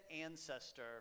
ancestor